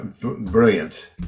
Brilliant